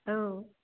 औ